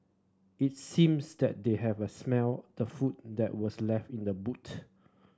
it seems that they have a smelt the food that were left in the boot